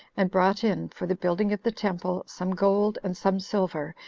and brought in, for the building of the temple, some gold, and some silver,